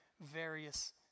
various